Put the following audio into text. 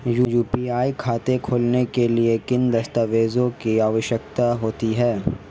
UPI खाता खोलने के लिए किन दस्तावेज़ों की आवश्यकता होती है?